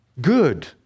Good